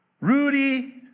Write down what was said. Rudy